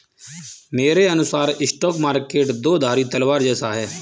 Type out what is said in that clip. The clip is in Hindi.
मेरे अनुसार स्टॉक मार्केट दो धारी तलवार जैसा है